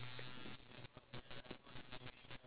no we can't don't